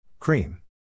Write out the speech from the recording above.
Cream